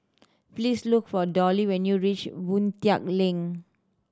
please look for Dollie when you reach Boon Tat Link